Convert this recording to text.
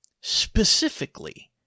specifically